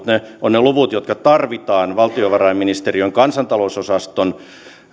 ne ovat niitä jotka tarvitaan valtiovarainministeriön kansantalousosaston